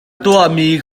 tuahmi